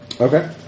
Okay